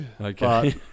Okay